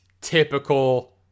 typical